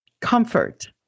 comfort